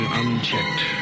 unchecked